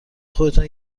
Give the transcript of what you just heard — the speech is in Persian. خودتان